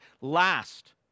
last